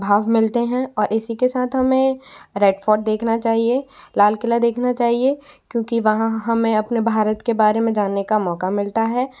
भाव मिलते हैं और इसी के साथ हमें रेड फ़ोट देखना चाहिये लाल किला देखना चाहिये क्योंकि वहाँ हमें अपने भारत के बारे में जानने का मौका मिलता है